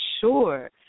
sure